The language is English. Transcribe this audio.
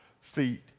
feet